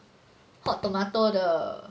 hot tomato 的